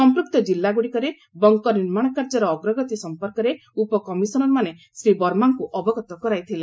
ସମ୍ପୃକ୍ତ କିଲ୍ଲାଗୁଡ଼ିକରେ ବଙ୍କର ନିର୍ମାଣ କାର୍ଯ୍ୟର ଅଗ୍ରଗତି ସମ୍ପର୍କରେ ଉପ କମିଶନର୍ମାନେ ଶ୍ରୀ ବର୍ମାଙ୍କୁ ଅବଗତ କରାଇଥିଲେ